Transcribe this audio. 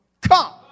come